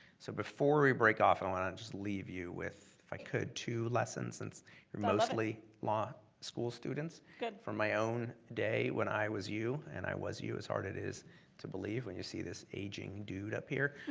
so before we break off i and want to and just leave you with, if i could, two lessons, since we're mostly law school students. good. from my own day when i was you, and i was you as hard as it is to believe when you see this aging dude up here.